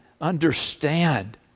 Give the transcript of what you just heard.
understand